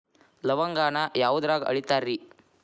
ಲವಂಗಾನ ಯಾವುದ್ರಾಗ ಅಳಿತಾರ್ ರೇ?